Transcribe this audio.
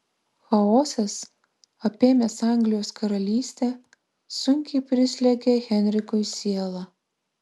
chaosas apėmęs anglijos karalystę sunkiai prislegia henrikui sielą